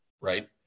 right